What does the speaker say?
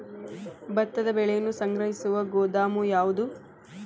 ಭತ್ತದ ಬೆಳೆಯನ್ನು ಸಂಗ್ರಹಿಸುವ ಗೋದಾಮು ಯಾವದು?